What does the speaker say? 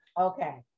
Okay